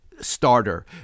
starter